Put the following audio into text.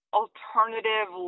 alternative